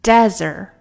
Desert